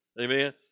Amen